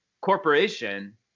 corporation